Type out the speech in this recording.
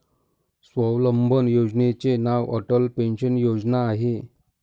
स्वावलंबन योजनेचे नाव अटल पेन्शन योजना आहे